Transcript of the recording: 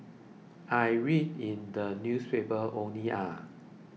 I read in the newspaper only ah